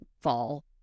fall